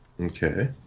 Okay